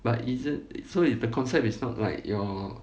but isn't so if the concept is not like your